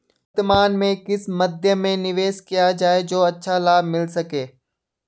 वर्तमान में किस मध्य में निवेश किया जाए जो अच्छा लाभ मिल सके?